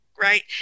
right